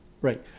Right